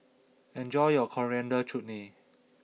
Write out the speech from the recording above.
enjoy your Coriander Chutney